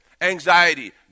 Anxiety